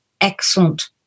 excellent